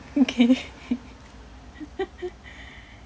okay